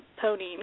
pony